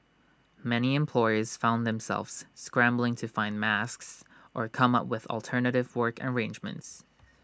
many employers found themselves scrambling to find masks or come up with alternative work arrangements